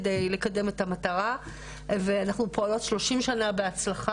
כדי לקדם את המטרה ואנחנו פועלות 30 שנה בהצלחה